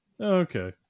Okay